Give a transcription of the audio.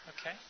okay